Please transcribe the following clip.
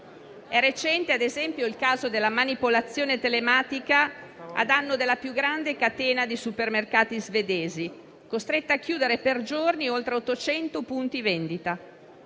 È recente, ad esempio, il caso della manipolazione telematica a danno della più grande catena di supermercati svedese, costretta a chiudere per giorni oltre 800 punti vendita.